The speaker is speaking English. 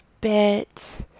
bit